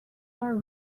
were